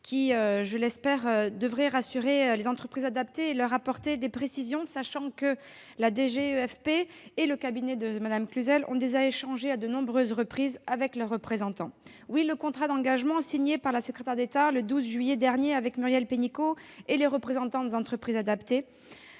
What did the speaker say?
je l'espère, rassurer les entreprises adaptées et leur apporter des précisions, sachant que la DGEFP et le cabinet de Mme Cluzel ont déjà échangé à de nombreuses reprises avec leurs représentants. Oui, le contrat d'engagement signé par la secrétaire d'État le 12 juillet dernier avec Muriel Pénicaud et les représentants des entreprises adaptées